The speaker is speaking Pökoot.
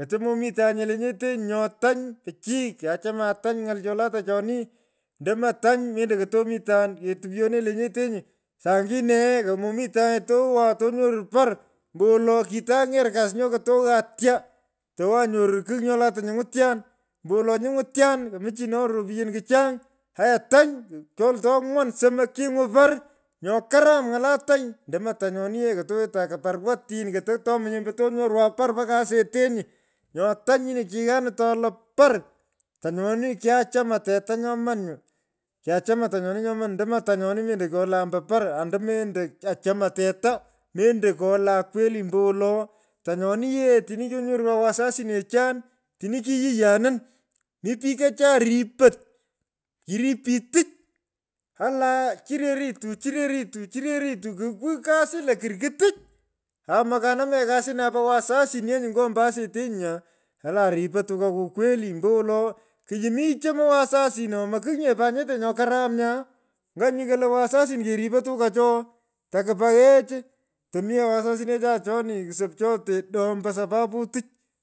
koto momitanye lenyetenyi. Nyo tany pichiy kyacham tany ny’al cholata choni. Ndomo tany mendo kotomitan ketopyone lenyetenyi. saaingine yee komomitanye towan tonyoru parr. ambowolo kito anyer kasi nyo kotoghan tya. towanyoru. kigh nyolata nyungwityan. Ombowolo nyunywityan komuchino ropyen kuchany. aya tany. kyolto ngwan. somok. kinywan par. Nyo karam ng’ala tany. ndomo tanyoni yee kotowetan kiparwatin kotomo tomonye ambo par mpaka asetenyi. nyo tany nyini kighanin to yala par. Tanyoni. kachaman teta nyoman nyuu. Kiachaman tanyoni nyoman. ndomo tanyoni mendo ombo kyolan par ando memdo kiachamn tea. mendo kolan kweli ombowolo. tanyani yee otini kinyorwan wasasinechan otini kiyiyanini. mi pikacha ripot. Krip pich tich. Ala chireritu chireritu. ku kwigh kasi lokurr ku tich. Aai mokanamanye kasinai po wasasin ye nyuu nyo o. bo asetebnyu nya. Olan ripe tukakuu kweli ombowolo. kiyu michomoy wasasin oo. mokig nye pat nyete nye karam nya. Nganyi kolo wasasin. keripo tokacho. takupughech. tomi yee wasasinecha choni ksopchote do. ombo sababu tich.